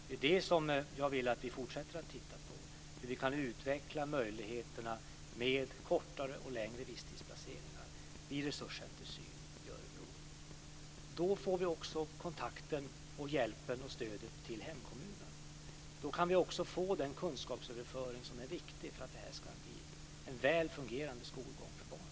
Det är det som jag vill att vi fortsätter att titta på, hur vi kan utveckla möjligheterna med kortare och längre visstidsplaceringar vid Resurscenter syn Örebro. Då får vi också kontakten med och hjälpen och stödet till hemkommunen. Då kan vi få den kunskapsöverföring som är viktig för att det ska bli en väl fungerande skolgång för barnen.